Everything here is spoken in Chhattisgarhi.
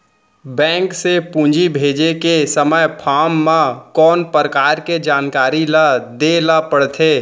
बैंक से पूंजी भेजे के समय फॉर्म म कौन परकार के जानकारी ल दे ला पड़थे?